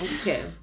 Okay